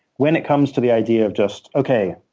when it comes to the idea of just, okay,